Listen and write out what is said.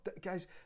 Guys